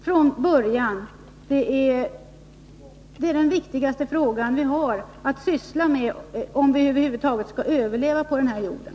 Det handlar om den viktigaste frågan vi har att syssla med, om vi över huvud taget skall överleva på den här jorden.